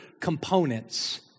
components